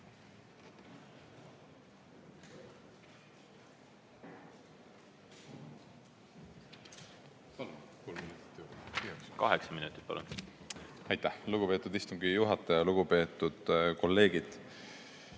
minutit, palun! Aitäh, lugupeetud istungi juhataja! Lugupeetud kolleegid!